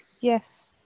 Yes